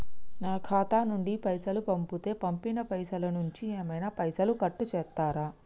నా ఖాతా నుండి పైసలు పంపుతే పంపిన పైసల నుంచి ఏమైనా పైసలు కట్ చేత్తరా?